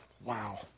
wow